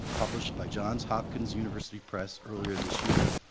published by johns hopkins university press earlier this year.